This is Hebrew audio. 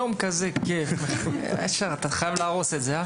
יום כזה כיף, ישר אתה חייב להרוס את זה.